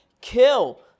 kill